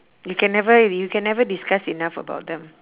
you can never you can never discuss enough about them